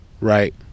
Right